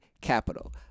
capital